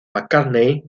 mccartney